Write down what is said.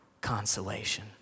consolation